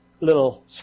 little